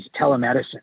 telemedicine